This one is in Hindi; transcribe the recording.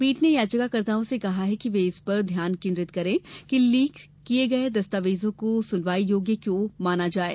पीठ ने याचिकाकर्ताओं से कहा कि वे इस पर ध्यान केन्द्रित करें कि लीक किए गए दस्तावेजों को सुनवाई योग्य क्यों माना जाये